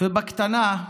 ובקטנה,